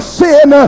sin